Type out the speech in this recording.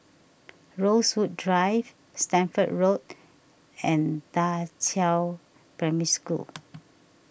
Rosewood Drive Stamford Road and Da Qiao Primary School